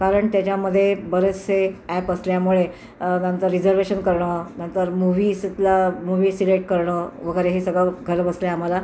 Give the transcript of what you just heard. कारण त्याच्यामध्ये बरेचसे ॲप असल्यामुळे नंतर रिझर्वेशन करणं नंतर मूव्हीसला मूव्ही सिलेक्ट करणं वगैरे हे सगळं घरबसल्या आम्हाला